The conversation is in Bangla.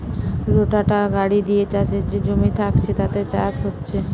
রোটাটার গাড়ি দিয়ে চাষের যে জমি থাকছে তাতে চাষ হচ্ছে